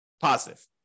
positive